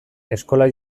eskolak